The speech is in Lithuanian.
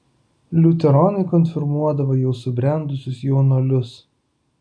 liuteronai konfirmuodavo jau subrendusius jaunuolius